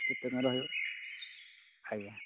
କେତେ କ'ଣ ରହିବ ଖାଇବା